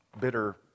Bitter